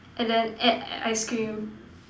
and then add ice cream